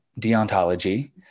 deontology